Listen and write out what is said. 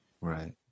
Right